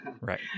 Right